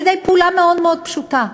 על-ידי פעולה מאוד מאוד פשוטה,